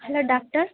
hello doctor